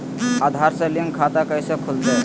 आधार से लिंक खाता कैसे खुलते?